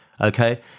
okay